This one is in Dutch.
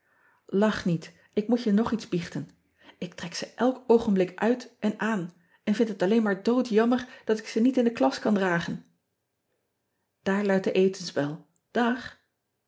ach niet ik moet je nog iets biechten k trek ze elk oogenblik uit en aan en vind het alleen maar doodjammer dat ik ze niet in de klas kan dragen aar luidt de etensbel